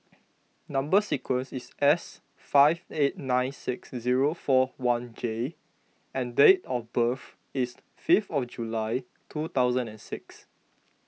Number Sequence is S five eight nine six zero four one J and date of birth is fifth of July two thousand and six